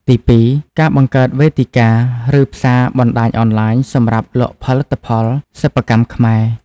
ទីពីរ ការបង្កើតវេទិកា ឬផ្សារបណ្តាញអនឡាញសម្រាប់លក់ផលិតផលសិប្បកម្មខ្មែរ។